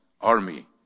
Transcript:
army